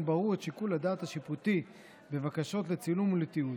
ברור את שיקול הדעת השיפוטי בבקשות לצילום ולתיעוד.